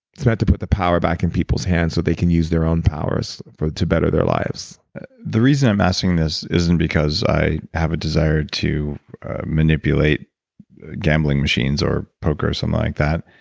it's meant to put the power back in people's hands so they can use their own powers to better their lives the reason i'm asking this isn't because i have a desire to manipulate gambling machines or poke, something so like that.